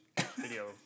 video